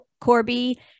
Corby